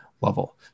level